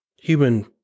human